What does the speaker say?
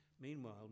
Meanwhile